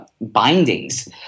bindings